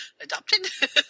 adopted